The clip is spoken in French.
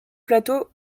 plateau